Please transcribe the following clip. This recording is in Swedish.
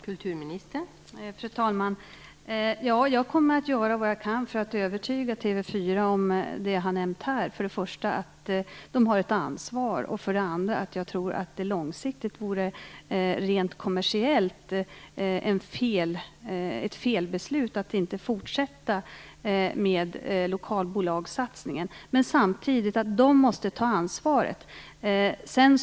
Fru talman! Ja, jag kommer att göra vad jag kan för att övertyga TV 4 om det som jag här har nämnt: för det första att man där har ett ansvar, för det andra att det långsiktigt rent kommersiellt vore ett felbeslut att inte fortsätta med lokalbolagssatningen och att TV 4 därför måste ta ansvaret för den.